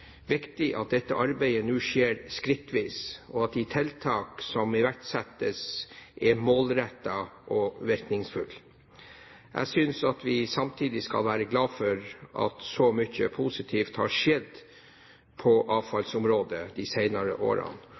viktig at dette arbeidet nå skjer skrittvis, og at de tiltak som iverksettes, er målrettede og virkningsfulle. Jeg synes at vi samtidig skal være glad for at så mye positivt har skjedd på avfallsområdet de senere årene,